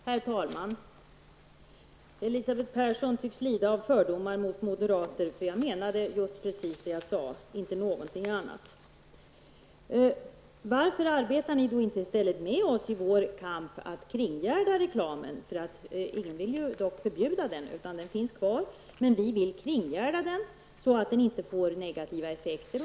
Herr talman! Elisabeth Persson tycks lida av fördomar när det gäller moderaterna. Jag menade just vad jag sade, ingenting annat. Men varför deltar ni inte i stället i vår kamp för att kringgärda reklamen? Ingen vill ju förbjuda reklamen. Den finns alltså kvar. Men vi vill kringgärda den, så att den inte får negativa effekter.